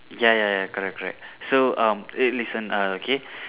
ya ya ya correct correct so um wait listen uh okay